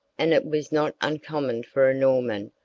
and it was not uncommon for a norman,